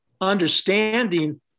understanding